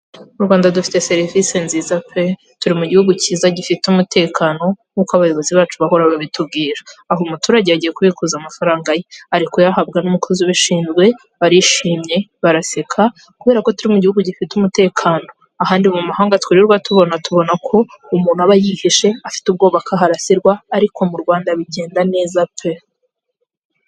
Mu Rwanda dufite serivisi nziza pe! Turi mu gihugu cyiza gifite umutekano nk'uko abayobozi bacu bahora babitubwira. Aho umuturage agiye kubikuza amafaranga ye ari kuyahabwa n'umukozi ubishinzwe barishimye baraseka kubera ko turi mu gihugu gifite umutekano ahandi mu mahanga twirirwa tubona ko umuntu aba yihishe afite ubwoba ko aharasirwa ariko mu Rwanda bigenda neza pe.